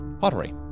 pottery